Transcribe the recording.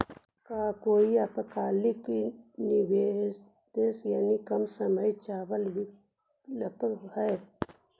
का कोई अल्पकालिक निवेश यानी कम समय चावल विकल्प हई?